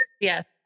yes